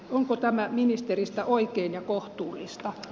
onko tämä ministeristä oikein ja kohtuullista